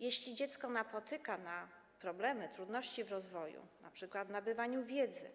Jeśli dziecko napotyka problemy, trudności w rozwoju, np. w nabywaniu wiedzy